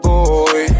Boy